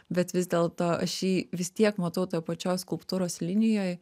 bet vis dėlto aš jį vis tiek matau toj pačioj skulptūros linijoj